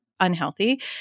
Unhealthy